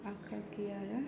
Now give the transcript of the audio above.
आखाखि आरो